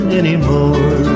anymore